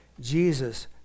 Jesus